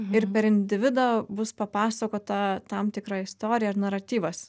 ir per individą bus papasakota tam tikra istorija ar naratyvas